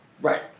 Right